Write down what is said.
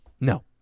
No